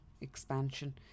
expansion